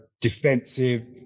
defensive